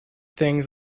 things